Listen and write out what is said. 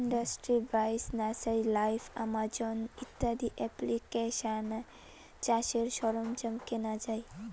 industry বাইশ, nursery live, Amazon ইত্যাদি এপ্লিকেশানে চাষের সরঞ্জাম কেনা যাই